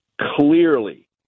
clearly